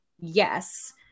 Yes